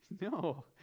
No